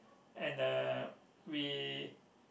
and uh we